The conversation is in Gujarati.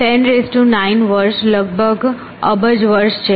10 9 વર્ષ લગભગ અબજ વર્ષ છે